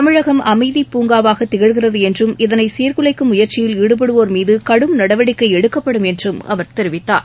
தமிழகம் அமைதி பூங்காவாக திகழ்வதாக இருக்கிறது என்றும் இதனை சீர்குலைக்கும் முயற்சியில் ஈடுபடுவோர் மீது கடும் நடவடிக்கை எடுக்கப்படும் என்றும் அவர் தெரிவித்தார்